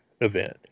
event